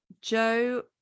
Joe